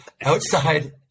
Outside